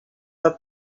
the